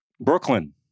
Brooklyn